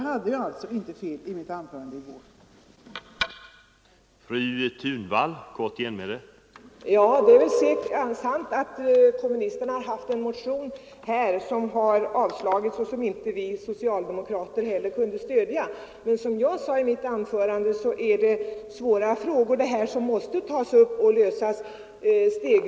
Jag hade alltså inte fel i mitt anförande i går.